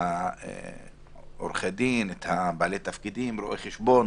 אבל בעלי התפקידים עורכי דין, רואי חשבון